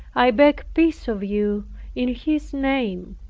i beg peace of you in his name.